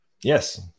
Yes